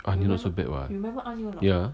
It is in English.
阿牛 not so bad [what] ya